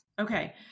Okay